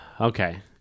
Okay